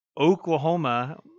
Oklahoma